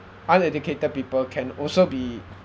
uneducated people can also be